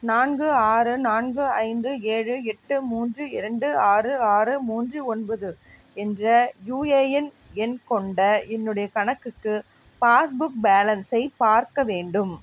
நான்கு ஆறு நான்கு ஐந்து ஏழு எட்டு மூன்று இரண்டு ஆறு ஆறு மூன்று ஒன்பது என்ற யூஏஎன் எண் கொண்ட என்னுடைய கணக்குக்கு பாஸ் புக் பேலன்ஸை பார்க்க வேண்டும்